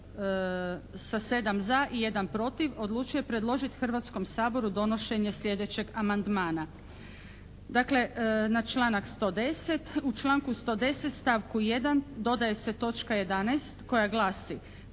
sa 7 za i jedan protiv, odlučio je predložiti Hrvatskom saboru donošenje sljedećeg amandmana. Dakle, na članak 110., članku 110. stavku 1. dodaje se točka 11. koja glasi,